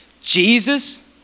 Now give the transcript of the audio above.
Jesus